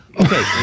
Okay